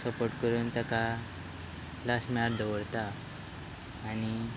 support करून ताका last मॅनार दवरता आनी